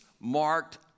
marked